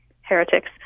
heretics